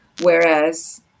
whereas